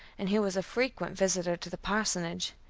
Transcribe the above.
and he was a frequent visitor to the parsonage.